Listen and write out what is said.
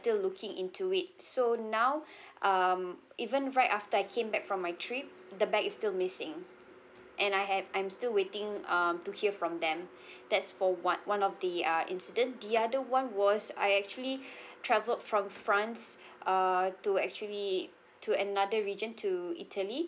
still looking into it so now um even right after I came back from my trip the bag is still missing and I have I'm still waiting um to hear from them that's for what one of the uh incident the other one was I actually travelled from france err to actually to another region to italy